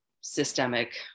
systemic